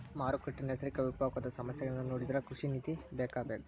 ಮಾರುಕಟ್ಟೆ, ನೈಸರ್ಗಿಕ ವಿಪಕೋಪದ ಸಮಸ್ಯೆಗಳನ್ನಾ ನೊಡಿದ್ರ ಕೃಷಿ ನೇತಿ ಬೇಕಬೇಕ